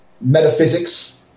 metaphysics